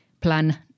plan